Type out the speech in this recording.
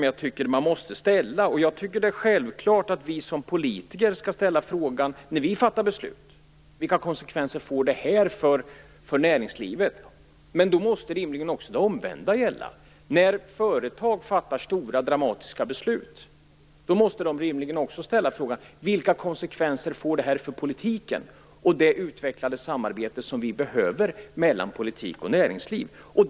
Jag tycker att det är självklart att vi som politiker skall fråga oss vilka konsekvenser våra beslut får för näringslivet, men då måste rimligen också det omvända gälla när företag fattar stora dramatiska beslut. De måste rimligen också fråga sig vilka konsekvenser besluten får för politiken och det utvecklade samarbete som vi behöver mellan politik och näringsliv.